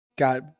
got